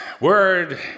word